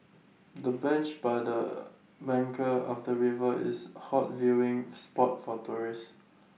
the bench by the bank of the river is A hot viewing spot for tourists